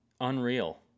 unreal